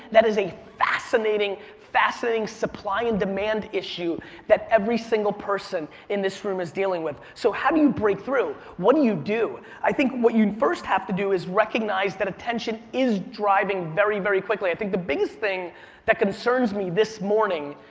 that is a fascinating, fascinating supply and demand issue that every single person in this room is dealing with. so how do you break through? what do you do? i think what you first have to do is recognize that attention is driving very, very quickly. i think the biggest thing that concerns me this morning,